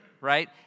right